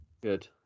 good